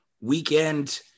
weekend